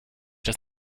das